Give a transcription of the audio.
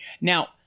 Now